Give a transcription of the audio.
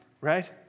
right